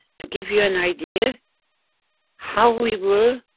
to give you an idea how we will,